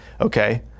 okay